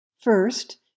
First